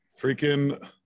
freaking